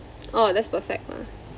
orh that's perfect lah